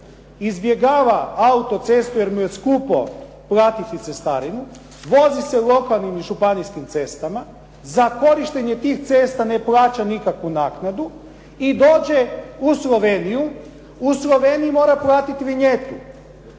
izbjegava autocestu jer mu je skupo platiti cestarinu, vozi se lokalnim i županijskim cestama, za korištenje tih cesta ne plaća nikakvu naknadu i dođe u Sloveniju, u Sloveniji mora platit vinjetu.